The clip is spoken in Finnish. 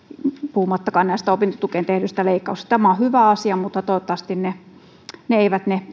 puhumattakaan näistä opintotukeen tehdyistä leikkauksista tämä on hyvä asia mutta toivottavasti ne